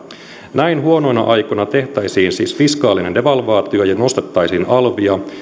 näin huonoina aikoina tehtäisiin siis fiskaalinen devalvaatio ja nostettaisiin alvia